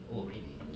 oh really